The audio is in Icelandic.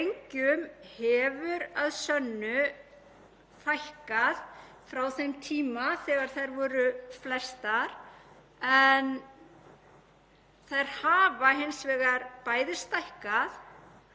þær hafa hins vegar bæði stækkað og orðið fullkomnari þannig að eyðileggingarmáttur þeirra hefur stóraukist. Til að